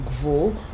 grow